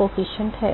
गुणांक है